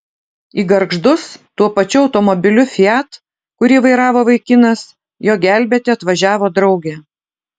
į gargždus tuo pačiu automobiliu fiat kurį vairavo vaikinas jo gelbėti atvažiavo draugė